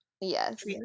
Yes